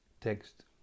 Text